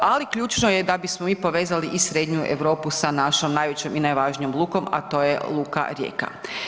Ali ključno je a bismo mi povezali i srednju Europu sa našom najvećom i najvažnijom lukom a to je luka Rijeka.